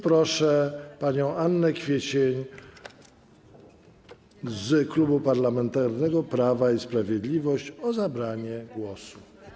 Proszę panią Annę Kwiecień z Klubu Parlamentarnego Prawo i Sprawiedliwość o zabranie głosu.